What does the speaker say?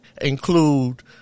include